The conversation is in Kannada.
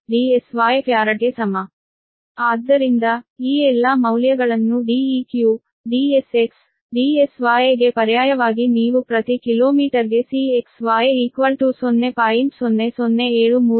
ಆದ್ದರಿಂದ ಈ ಎಲ್ಲಾ ಮೌಲ್ಯಗಳನ್ನು Deq Dsx Dsy ಗೆ ಪರ್ಯಾಯವಾಗಿ ನೀವು ಪ್ರತಿ ಕಿಲೋಮೀಟರ್ಗೆ Cxy 0